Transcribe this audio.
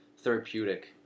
therapeutic